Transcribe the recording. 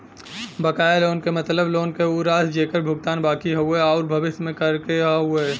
बकाया लोन क मतलब लोन क उ राशि जेकर भुगतान बाकि हउवे आउर भविष्य में करे क हउवे